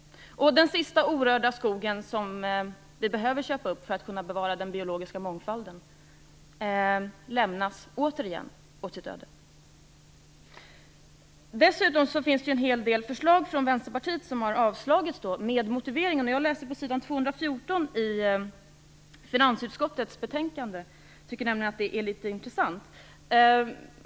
Den sista orörda skogen, som vi behöver köpa upp för att kunna bevara den biologiska mångfalden, lämnas återigen åt sitt öde. Dessutom finns det en hel del förslag från Vänsterpartiet som har avslagits. Motiveringen till det finns på s. 214 i finansutskottets betänkande. Jag tycker att det är intressant.